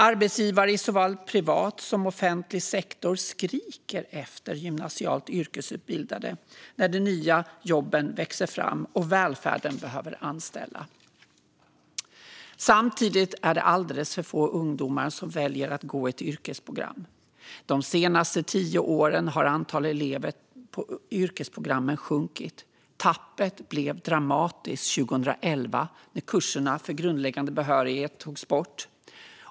Arbetsgivare i såväl privat som offentlig sektor skriker efter gymnasialt yrkesutbildade när de nya jobben växer fram och välfärden behöver anställa. Samtidigt är det alldeles för få ungdomar som väljer att gå ett yrkesprogram. De senaste tio åren har antalet elever på yrkesprogrammen sjunkit. Tappet blev dramatiskt 2011, när kurserna för grundläggande behörighet togs bort.